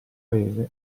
paese